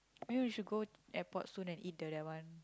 maybe we should go airport soon and eat the that one